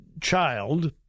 child